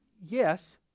yes